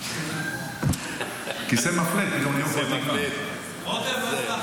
לוחם חרדי ממשפחה